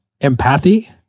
empathy